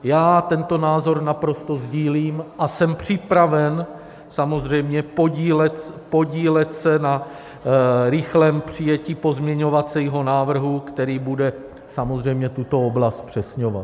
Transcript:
Já tento názor naprosto sdílím a jsem připraven samozřejmě podílet se na rychlém přijetí pozměňovacího návrhu, který bude samozřejmě tuto oblast zpřesňovat.